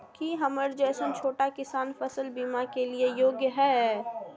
की हमर जैसन छोटा किसान फसल बीमा के लिये योग्य हय?